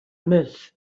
myth